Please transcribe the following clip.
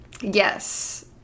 Yes